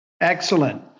Excellent